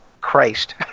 Christ